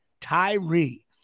Tyree